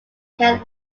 can